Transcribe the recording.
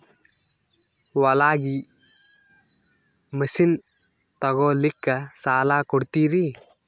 ಹೊಲಗಿ ಮಷಿನ್ ತೊಗೊಲಿಕ್ಕ ಸಾಲಾ ಕೊಡ್ತಿರಿ?